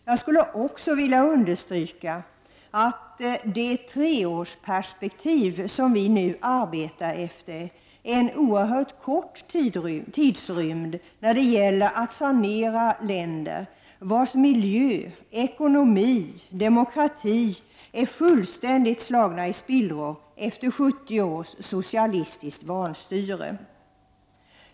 Jag skulle också vilja understryka att det treårsperspektiv som vi nu arbetar i avser en oerhört kort tidrymd när det gäller att sanera länder vars miljö, ekonomi och demokrati är fullständigt slagna i spillror efter 70 års socialistiskt vanstyre.